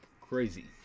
Crazy